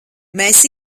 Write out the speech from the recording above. mēs